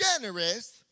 generous